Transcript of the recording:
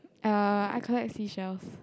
uh I collect sea shells